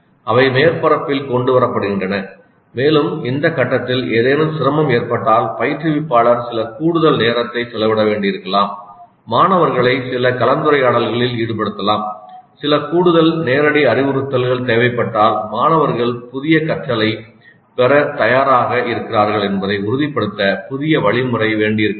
அவை மேற்பரப்பில் கொண்டு வரப்படுகின்றன மேலும் இந்த கட்டத்தில் ஏதேனும் சிரமம் ஏற்பட்டால் பயிற்றுவிப்பாளர் சில கூடுதல் நேரத்தை செலவிட வேண்டியிருக்கலாம் மாணவர்களை சில கலந்துரையாடல்களில் ஈடுபடுத்தலாம் சில கூடுதல் நேரடி அறிவுறுத்தல்கள் தேவைப்பட்டால் மாணவர்கள் புதிய கற்றலை பெறத் தயாராக இருக்கிறார்கள் என்பதை உறுதிப்படுத்த புதிய வழிமுறை வேண்டியிருக்கலாம்